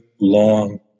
long